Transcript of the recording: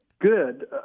Good